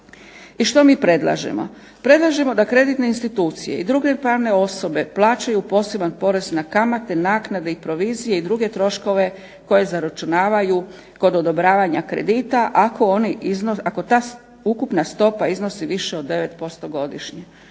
I što mi predlažemo? Predlažemo da kreditne institucije i druge pravne osobe plaćaju poseban porez na kamate, naknade i provizije i druge troškove koje zaračunavaju kod odobravanja kredita ako ta ukupna stopa iznosi više od 9% godišnje.